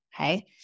okay